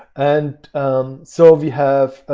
and so if you have,